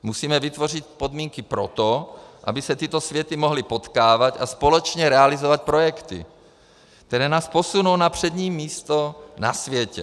Musíme vytvořit podmínky pro to, aby se tyto světy mohly potkávat a společně realizovat projekty, které nás posunou na přední místo na světě.